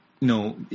no